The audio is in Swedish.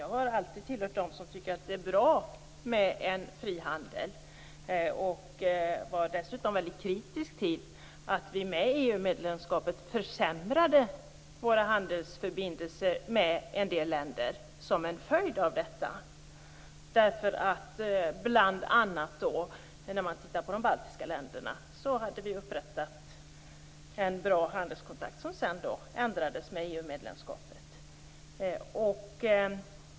Jag har alltid tillhört dem som tycker att det är bra med en fri handel. Jag var dessutom väldigt kritisk till att vi genom EU medlemskapet försämrade våra handelsförbindelser med en del länder. Vi hade upprättat bra handelskontakter med bl.a. de baltiska länderna som ändrades i och med EU-medlemskapet.